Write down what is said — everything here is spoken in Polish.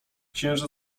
księża